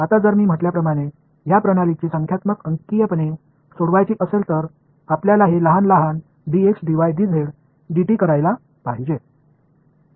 आता जर मी म्हटल्याप्रमाणे या प्रणालीची संख्यात्मक अंकीयपणे सोडवायची असेल तर आपल्याला हे लहान लहान dx dy dz dt करायला पाहिजे